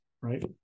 right